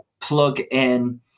plug-in